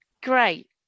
great